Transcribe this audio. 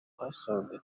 twasanze